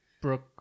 brooke